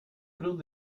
cruz